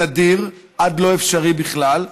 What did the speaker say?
נדיר עד לא אפשרי בכלל,